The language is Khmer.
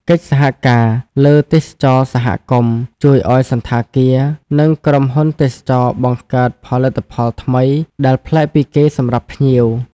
កិច្ចសហការលើទេសចរណ៍សហគមន៍ ជួយឱ្យសណ្ឋាគារ និងក្រុមហ៊ុនទេសចរណ៍បង្កើតផលិតផលថ្មីដែលប្លែកពីគេសម្រាប់ភ្ញៀវ។